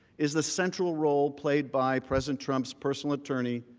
is the central role played by president trump's personal attorney,